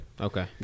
okay